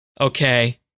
okay